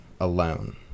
alone